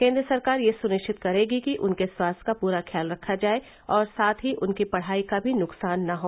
केन्द्र सरकार यह सुनिश्चित करेगी कि उनके स्वास्थ्य का पूरा ख्याल रखा जाए और साथ ही उनकी पढाई का भी नुकसान न हो